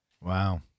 Wow